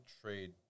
trade